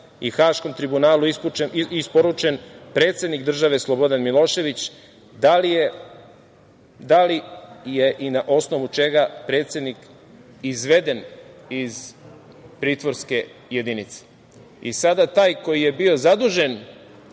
i Haškom tribunalu isporučen predsednik države Slobodan Milošević. Da li je i na osnovu čega predsednik izveden iz pritvorske jedinice? Sada taj koji je bio zadužen